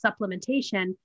supplementation